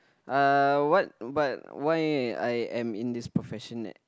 uh what but why I am in this profession